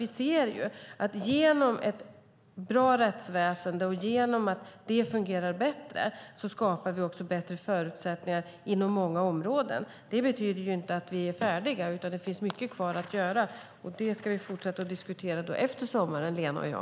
Vi ser ju att genom ett bra rättsväsen som fungerar bättre skapar vi bättre förutsättningar inom många områden. Det betyder dock inte att vi är färdiga, utan det finns mycket kvar att göra. Det ska vi fortsätta diskutera efter sommaren, Lena och jag.